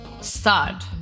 Start